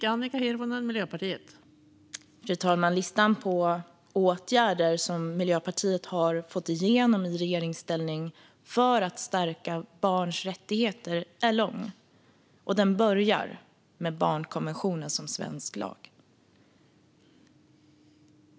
Fru talman! Listan på åtgärder för att stärka barns rättigheter som Miljöpartiet har fått igenom i regeringsställning är lång, och den börjar med barnkonventionen som svensk lag.